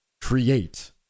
create